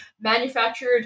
manufactured